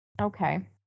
Okay